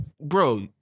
bro